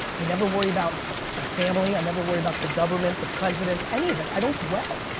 i never worry about my family. i never worry about the government, the president, any of it, i don't dwell.